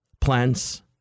plants